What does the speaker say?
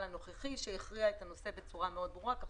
הנוכחי שהכריע בנושא בצורה מאוד מאוד ברורה.